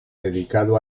dedicado